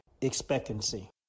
expectancy